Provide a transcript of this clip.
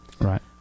right